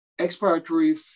expiratory